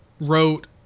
wrote